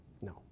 no